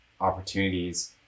opportunities